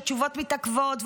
התשובות מתעכבות,